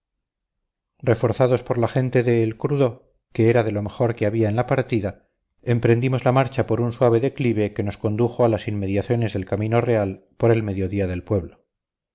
reforzados por la gente de el crudo que era de lo mejor que había en la partida emprendimos la marcha por un suave declive que nos condujo a las inmediaciones del camino real por el mediodía del pueblo